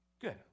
Good